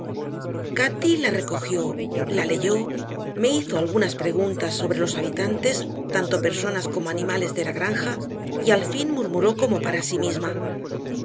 cati la recogió la leyó me hizo algunas preguntas sobre los habitantes tanto personas como animales de la granja y al fin murmuró como para sí misma